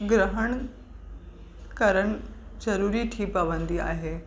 ग्रहण करणु ज़रूरी थी पवंदी आहे